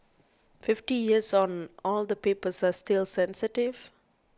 fifty years on all the papers are still sensitive